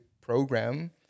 program